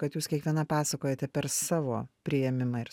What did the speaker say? kad jūs kiekviena pasakojate per savo priėmimą ir